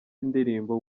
indirimbo